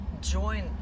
join